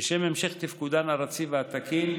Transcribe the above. לשם המשך תפקודן הרציף והתקין,